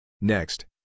Next